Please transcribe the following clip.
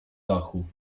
dachu